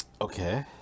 Okay